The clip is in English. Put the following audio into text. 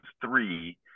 three